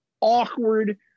awkward